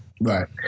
Right